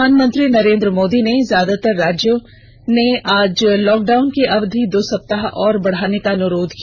प्रधानमंत्री नरेन्द्र मोदी से ज्यादातर राज्यों ने आज लॉकडाउन की अवधि दो सप्ताह और बढ़ाने का अनुरोध किया